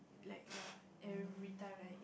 like ya everytime like